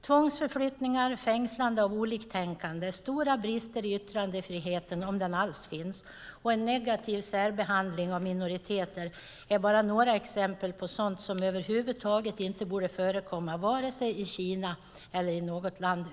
Tvångsförflyttningar, fängslande av oliktänkande, stora brister i yttrandefriheten, om den alls finns, och en negativ särbehandling av minoriteter är några exempel på sådant som över huvud taget inte borde förekomma vare sig i Kina eller i något land.